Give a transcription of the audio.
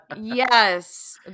yes